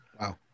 Wow